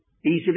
easily